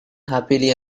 happily